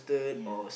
ya